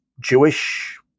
Jewish